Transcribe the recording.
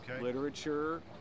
literature